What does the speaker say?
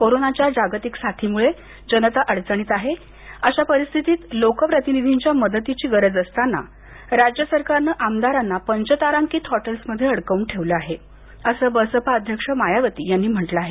कोरोनाचा जागतिक साथीमुळे जनता अडचणीत आहेत अशा परिस्थतीत लोकप्रतिनिधीनीच्या मदतीची गरज असताना राज्य सरकारनं आमदारांना पंचतारांकित हॉटेल्समध्ये अडकवून ठेवलं आहे असं बसपा अध्यक्ष मायावती यांनी म्हटलं आहे